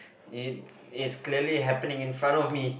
if it's clearly happening in front of me